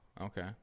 Okay